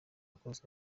kose